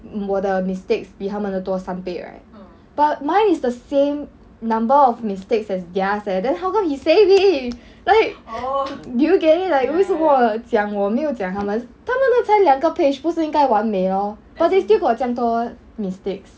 我的 mistakes 比他们的多三倍 right but mine is the same number of mistakes as their's leh then how come he say me like you get it like 为什么讲我没有讲他们他们的才两个 page 不是应该完美 lor but they still got 这样多 mistakes